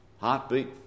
heartbeat